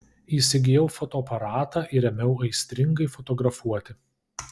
įsigijau fotoaparatą ir ėmiau aistringai fotografuoti